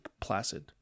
Placid